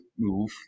move